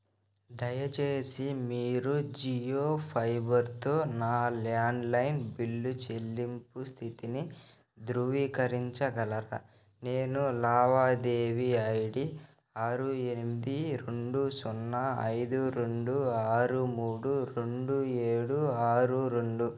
దయచేసి మీరు జియో ఫైబర్తో నా ల్యాండ్లైన్ బిల్లు చెల్లింపు స్థితిని ధృవీకరించగలరా నేను లావాదేవీ ఐ డీ ఆరు ఎనిమిది రెండు సున్నా ఐదు రెండు ఆరు మూడు రెండు ఏడు ఆరు రెండు